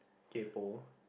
kaypo